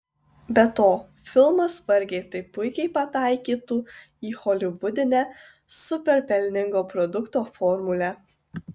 be to filmas vargiai taip puikiai pataikytų į holivudinę super pelningo produkto formulę